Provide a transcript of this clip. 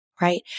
right